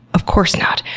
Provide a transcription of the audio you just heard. of course not.